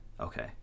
Okay